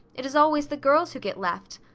it is always the girls who get left.